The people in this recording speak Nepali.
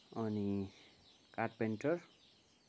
अनि कार्पेन्टर